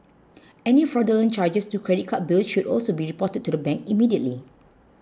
any fraudulent charges to credit card bills should also be reported to the bank immediately